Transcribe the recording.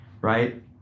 right